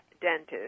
dentist